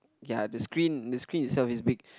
ya the screen the screen itself is big